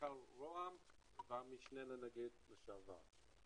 מנכ"ל ראש הממשלה והמשנה לנגיד לשעבר.